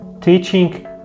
teaching